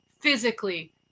physically